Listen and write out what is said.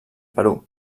perú